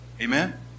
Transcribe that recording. Amen